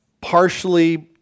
partially